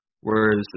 whereas